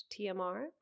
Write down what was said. TMR